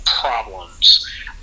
problems